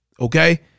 Okay